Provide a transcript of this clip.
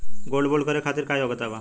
Gold bond करे खातिर का योग्यता बा?